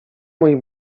mój